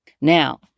Now